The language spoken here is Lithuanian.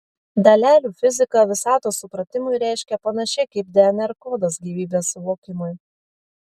dalelių fizika visatos supratimui reiškia panašiai kaip dnr kodas gyvybės suvokimui